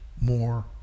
more